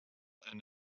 and